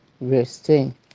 resting